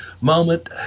moment